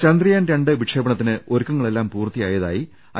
ചന്ദ്രയാൻ വിക്ഷേപണത്തിന് ഒരുക്കങ്ങളെല്ലാം പൂർത്തി യായതായി ഐ